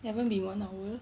haven't been one hour